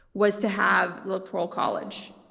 was to have the electoral college.